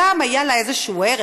גם היה לה איזה ערך,